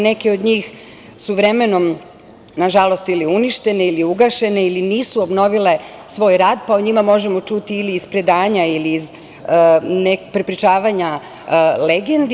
Neke od njih su vremenom, nažalost, uništene ili ugašene ili nisu obnovile svoj rad, pa o njima možemo čuti ili iz predanja ili iz prepričavanja legendi.